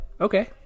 okay